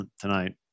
tonight